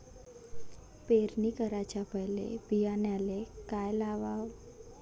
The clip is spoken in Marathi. पेरणी कराच्या पयले बियान्याले का लावाव?